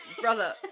brother